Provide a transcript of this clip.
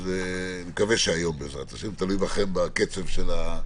בעזרת ה'.